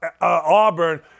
Auburn –